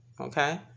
okay